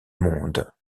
mondes